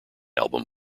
album